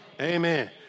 amen